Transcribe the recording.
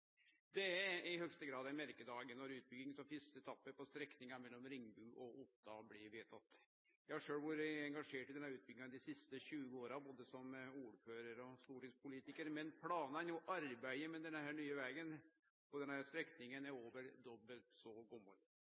Det er i høgste grad ein merkedag når utbygging av fyrste etappe på strekninga mellom Ringebu og Otta blir vedteke. Eg har sjølv vore engasjert i denne utbygginga dei siste 20 åra, både som ordførar og stortingspolitikar, men planane og arbeidet med denne nye vegen på denne strekninga er over dobbelt så